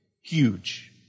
Huge